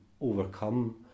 overcome